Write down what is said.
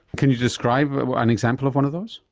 can you describe an example of one of those?